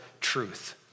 truth